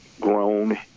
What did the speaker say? grown